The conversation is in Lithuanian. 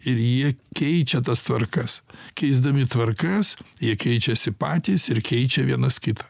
ir jie keičia tas tvarkas keisdami tvarkas jie keičiasi patys ir keičia vienas kitą